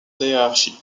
hiérarchie